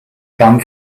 come